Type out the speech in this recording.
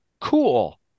Cool